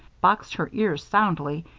boxed her ears soundly,